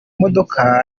modoka